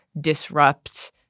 disrupt